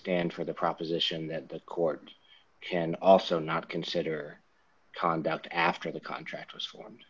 stand for the proposition that the court can also not consider conduct after the contract was formed